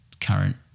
current